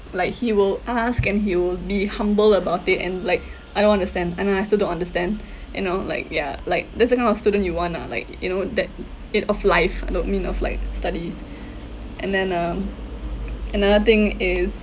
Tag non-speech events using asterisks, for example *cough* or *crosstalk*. like he will ask and he will be humble about it and like I don't understand and then I still don't understand you know like yeah like that's the kind of student you want ah like you know that it of life I don't mean of like studies and then uh *noise* another thing is